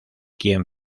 quien